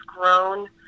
grown